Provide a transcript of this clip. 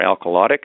alkalotic